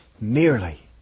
merely